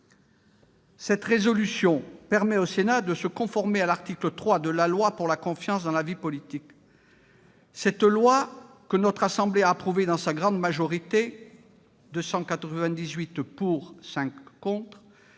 de résolution permettra au Sénat de se conformer à l'article 3 de la loi pour la confiance dans la vie politique. Cette loi, que notre assemblée a votée à une large majorité- 298 voix pour et 5 contre